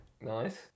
Nice